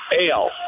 Ale